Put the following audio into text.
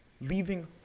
leaving